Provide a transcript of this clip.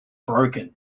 broken